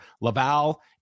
Laval